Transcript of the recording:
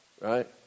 right